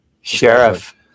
Sheriff